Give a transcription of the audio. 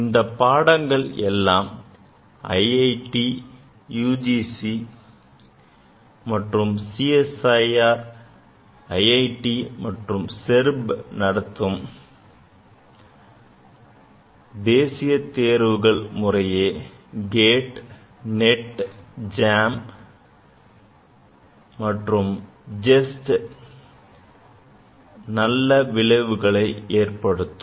இந்த பாடங்கள் எல்லாம் IIT UGC CSIR IIT and SERB நடத்தும் தேசிய தேர்வுகள் முறையே GATE NET JAM and JEST ல் நல்ல விளைவுகளை ஏற்படுத்தும்